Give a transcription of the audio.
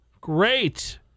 Great